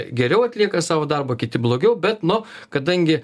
geriau atlieka savo darbą kiti blogiau bet nu kadangi